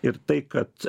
ir tai kad